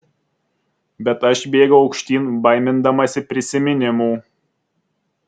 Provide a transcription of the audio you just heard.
bet aš bėgau aukštyn baimindamasi prisiminimų